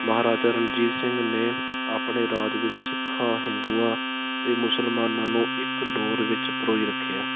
ਮਹਾਰਾਜਾ ਰਣਜੀਤ ਸਿੰਘ ਨੇ ਆਪਣੇ ਰਾਜ ਵਿੱਚ ਸਿੱਖਾਂ ਹਿੰਦੂਆਂ ਅਤੇ ਮੁਸਲਮਾਨਾਂ ਨੂੰ ਇੱਕ ਡੋਰ ਵਿੱਚ ਪਰੋਈ ਰੱਖਿਆ